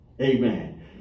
Amen